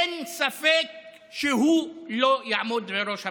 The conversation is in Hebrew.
אין ספק שהוא לא יעמוד בראש הממשלה.